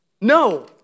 No